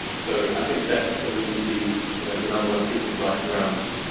so i think that for me would be you know the number one piece of advice around.